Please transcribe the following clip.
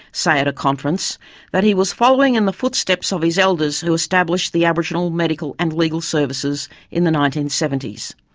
say at a conference that he was following in the footsteps of his elders who established the aboriginal medical and legal services in the nineteen seventy s.